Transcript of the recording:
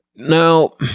Now